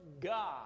God